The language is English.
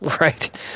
Right